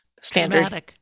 Standard